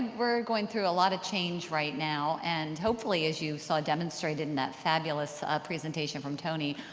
we're going through a lot of change right now. and hopefully, as you saw demonstrated in that fabulous presentation from tony,